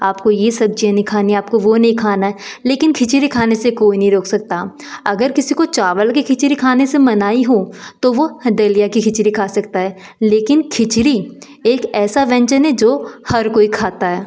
आपको यह सब्ज़ियाँ नहीं खानी आपको वह नहीं खाना है लेकिन खिचड़ी खाने से कोई नहीं रोक सकता अगर किसी को चावल की खिचड़ी खाने से मनाही हो तो वह दलिया की खिचड़ी खा सकता है लेकिन खिचड़ी एक ऐसा व्यंजन है जो हर कोई खाता है